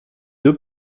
deux